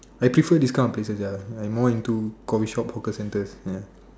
I prefer this kind of places ya like more into coffee shops hawker centres ya